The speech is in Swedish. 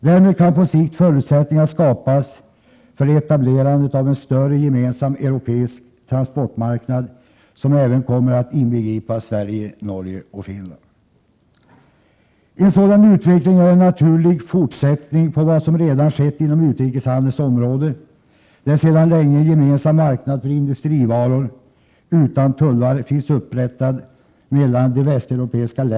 Därmed kan på sikt förutsättningar skapas för etablerandet av en större gemensam europeisk transportmarknad, som även kommer att inbegripa Sverige, Norge och Finland. En sådan utveckling är en naturlig fortsättning på vad som redan skett inom utrikeshandelns område, där det sedan länge finns en gemensam marknad utan tullar upprättad för industrivaror mellan de västeuropeiska länderna.